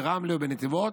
ברמלה ונתיבות,